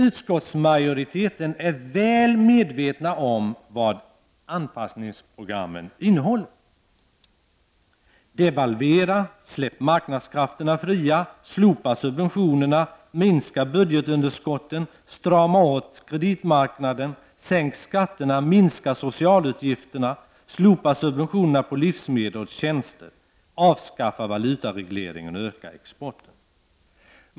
Utskottsmajoriteten är väl medveten om vad anpassningsprogrammen innehåller — devalvering, frisläppande av marknadskrafterna, slopande av subventioner, minskande av budgetunderskotten, åtstramning av kreditmarknaden, sänkning av skatterna, minskning av socialutgifterna, slopande av subventionerna på livsmedel och tjänster, avskaffande av valutaregleringar och ökning av exporten.